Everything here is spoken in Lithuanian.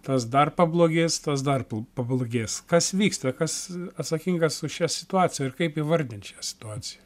tas dar pablogės tas dar pablogės kas vyksta kas atsakingas už šią situaciją ir kaip įvardint šią situaciją